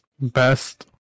best